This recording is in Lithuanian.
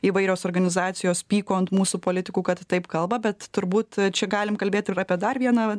įvairios organizacijos pyko ant mūsų politikų kad taip kalba bet turbūt čia galim kalbėti ir apie dar vieną